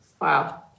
Wow